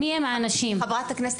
מי הם האנשים?) חברת הכנסת,